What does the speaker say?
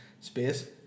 Space